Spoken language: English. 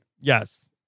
Yes